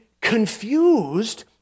confused